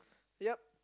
ya